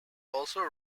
also